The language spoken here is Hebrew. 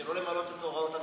לא למלא את הוראות הממשלה.